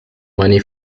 money